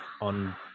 on